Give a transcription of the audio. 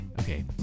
Okay